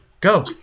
Go